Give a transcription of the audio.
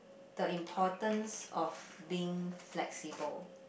the importance of being flexible